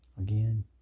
Again